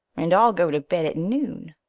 and i'll go to bed at noon.